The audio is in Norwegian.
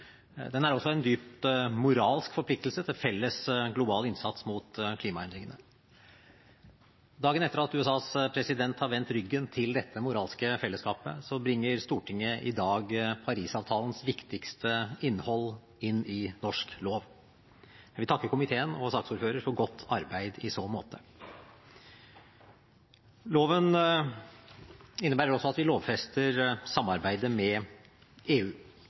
også en dypt moralsk forpliktelse til felles global innsats mot klimaendringene. Dagen etter at USAs president har vendt ryggen til dette moralske fellesskapet, bringer Stortinget i dag Paris-avtalens viktigste innhold inn i norsk lov. Jeg vil takke komiteen og saksordføreren for godt arbeid i så måte. Loven innebærer også at vi lovfester samarbeidet med EU.